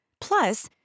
Plus